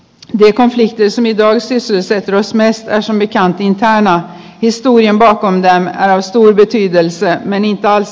mika lehtisen joka sisälsi jos de konflikter som i dag sysselsätter oss mest är som bekant interna